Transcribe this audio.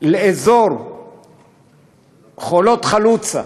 לאזור חולות חלוצה,